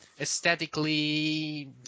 aesthetically